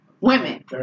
Women